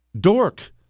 Dork